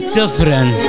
different